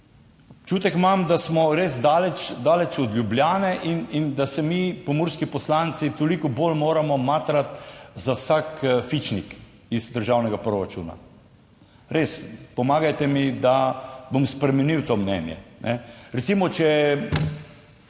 občutek imam, da smo res daleč, daleč od Ljubljane in da se mi pomurski poslanci toliko bolj moramo matrati za vsak fičnik iz državnega proračuna. Res, pomagajte mi, da bom spremenil to mnenje, kajne. Recimo, če